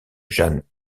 jeanne